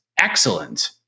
excellent